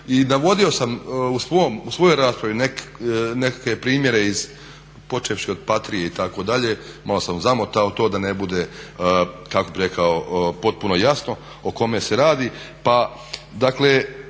I dovodio sam u svojoj raspravi nekakve primjere, počevši od Patrie itd., malo sam zamotao to da ne bude kako bi rekao potpuno jasno o kome se radi.